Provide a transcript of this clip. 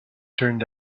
turned